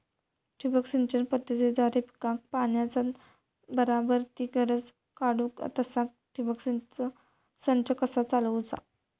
ठिबक सिंचन पद्धतीद्वारे पिकाक पाण्याचा बराबर ती गरज काडूक तसा ठिबक संच कसा चालवुचा?